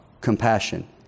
compassion